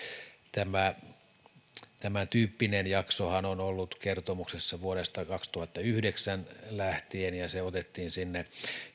tämän tyyppinen jaksohan on ollut kertomuksessa vuodesta kaksituhattayhdeksän lähtien ja se otettiin sinne